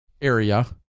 area